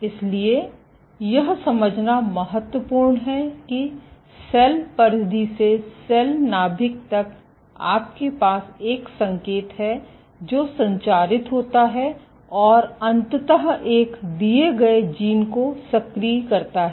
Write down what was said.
इसलिए यह समझना महत्वपूर्ण है कि सेल परिधि से सेल नाभिक तक आपके पास एक संकेत है जो संचारित होता है और अंततः एक दिए गए जीन को सक्रिय करता है